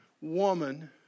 woman